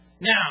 Now